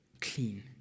clean